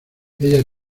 ella